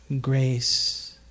grace